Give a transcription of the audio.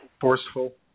forceful